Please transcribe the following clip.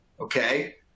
okay